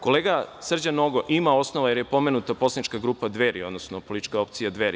Kolega Srđan Nogo ima osnova, jer je pomenuta poslanička grupa Dveri, odnosno politička opcija Dveri.